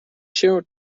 się